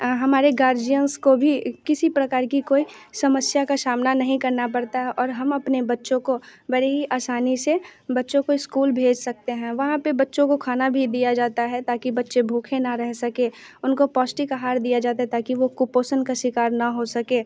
हमारे गार्जियन्स को भी किसी प्रकार की कोई समस्या का सामना नहीं करना पड़ता है और हम अपने बच्चों को बड़ी ही असानी से बच्चों को इस्कूल भेज सकते हैं वहाँ पर बच्चे को खाना भी दिया जाता है ताकि बच्चे भूखे ना रह सकें उनको पोष्टिक आहार दिया जाता है ताकि वो कुपोषण का शिकार ना हो सकें